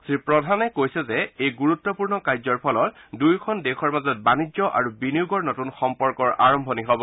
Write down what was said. শ্ৰীপ্ৰধানে কৈছে যে এই গুৰুত্বপূৰ্ণ কাৰ্যৰ ফলত দূয়োখন দেশৰ মাজত বাণিজ্য আৰু বিনিয়োগৰ নতূন সম্পৰ্কৰ আৰম্ভণি হব